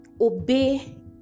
obey